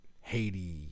Haiti